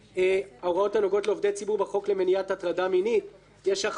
ההוראות הנוגעות לעובדי ציבור בחוק למניעת הטרדה מינית - יש החמרה